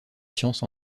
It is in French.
science